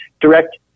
direct